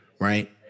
right